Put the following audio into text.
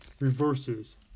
reverses